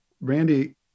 Randy